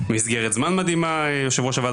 מסגרת זמן מתאימה יושב-ראש הוועדה,